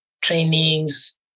trainings